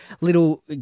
little